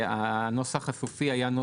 והנוסח הסופי היה,